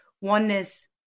oneness